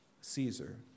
Caesar